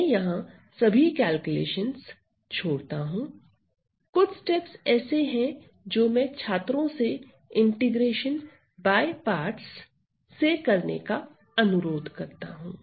मैं यहां सभी कैलकुलेशन छोड़ता हूं कुछ स्टेप्स ऐसे हैं जो मैं छात्रों से इंटीग्रेशन बाय पार्टस से करने का अनुरोध करता हूं